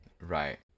Right